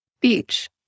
beach